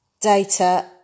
data